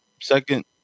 second